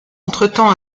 entretemps